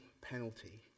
penalty